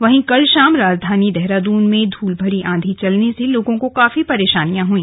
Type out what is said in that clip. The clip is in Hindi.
वहीं कल शाम राजधानी देहरादून में धूल भरी आंधी चलने से लोगों को काफी परेशानी हुई